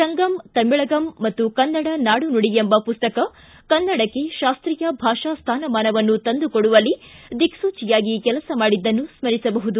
ಶಂಗಂ ತಮಿಳಗಂ ಮತ್ತು ಕನ್ನಡ ನಾಡು ನುಡಿ ಎಂಬ ಪುಸ್ತಕ ಕನ್ನಡಕ್ಕೆ ಶಾಸ್ತೀಯ ಭಾಷಾ ಸ್ಥಾನಮಾನವನ್ನು ತಂದುಕೊಡುವಲ್ಲಿ ದಿಕ್ಸೂಚಿಯಾಗಿ ಕೆಲಸ ಮಾಡಿದ್ದನ್ನು ಸ್ಮರಿಸಬಹುದು